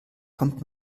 kommt